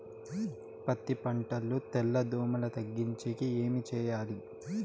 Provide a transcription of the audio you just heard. పత్తి పంటలో తెల్ల దోమల తగ్గించేకి ఏమి చేయాలి?